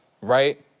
right